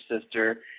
sister